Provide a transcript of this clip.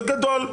בגדול,